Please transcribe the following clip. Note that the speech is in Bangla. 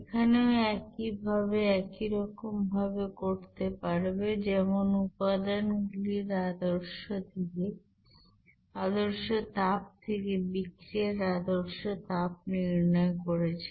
এখানেও একইভাবে একই রকমভাবে করতে পারবে যেমন উপাদানগুলির আদর্শ থেকে বিক্রিয়ার আদর্শ তাপ নির্ণয় করেছে